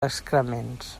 excrements